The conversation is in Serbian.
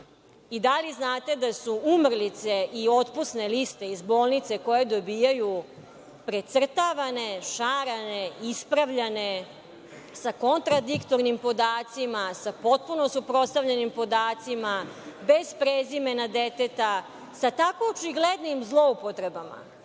I da li znate da su umrlice i otpusne liste iz bolnice koje dobijaju precrtavane, šarane, ispravljane sa kontradiktornim podacima, sa potpuno suprotstavljenim podacima, bez prezimena deteta, sa tako očiglednim zloupotrebama